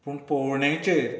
पूण पोंवणेचेर